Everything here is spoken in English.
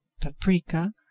paprika